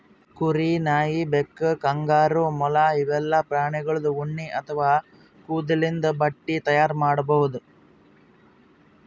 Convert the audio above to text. ಕುರಿ, ನಾಯಿ, ಬೆಕ್ಕ, ಕಾಂಗರೂ, ಮೊಲ ಇವೆಲ್ಲಾ ಪ್ರಾಣಿಗೋಳ್ದು ಉಣ್ಣಿ ಅಥವಾ ಕೂದಲಿಂದ್ ಬಟ್ಟಿ ತೈಯಾರ್ ಮಾಡ್ಬಹುದ್